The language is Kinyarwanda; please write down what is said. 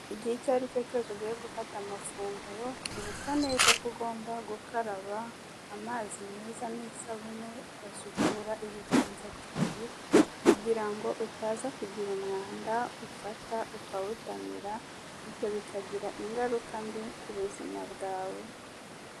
Igihe icyaricyo cyose ugiye gufata amafunguro ibuka neza ko ugomba gukaraba amazi meza n'isabune ugasukura ibiganza byawe kugira ngo utaza kugira umwanda ufata ukawutamira bityo bikagira ingaruka mbi k'ubuzima bwawe.